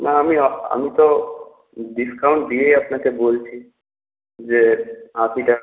না আমি আমি তো ডিস্কাউন্ট দিয়েই আপনাকে বলছি যে আশি টাকা